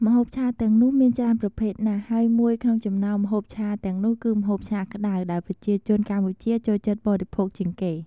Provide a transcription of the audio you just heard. ម្ហូបឆាទាំងនោះមានច្រើនប្រភេទណាស់ហើយមួយក្នុងចំណោមម្ហូបឆាទាំងនោះគឺម្ហូបឆាក្តៅដែលប្រជាជនកម្ពុជាចូលចិត្តបរិភោគជាងគេ។